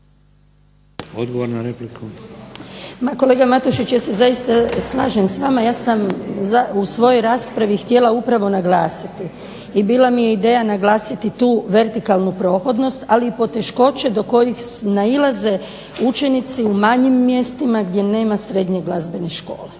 Ivanka (HDZ)** Kolega Matušić, ja se zaista slažem s vama. Ja sam u svojoj raspravi htjela upravo naglasiti i bila mi je ideja naglasiti tu vertikalnu prohodnost, ali i poteškoće do kojih nailaze učenici u manjim mjestima gdje nema srednje glazbene škole.